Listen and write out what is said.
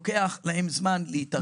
לוקח להם זמן להתארגן,